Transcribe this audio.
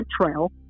trail